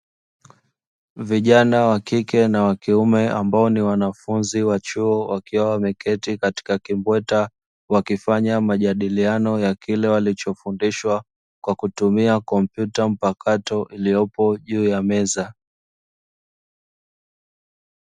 Vijana wakike na wakiume ambao ni wanafunzi wa chuo wakiwa wameketi katika kimbweta, wakifanya majadiliano ya kile wanachofundishwa, kwa kutumia kompyuta mpakato iliyopo juu ya meza.